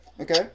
Okay